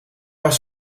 was